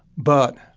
but,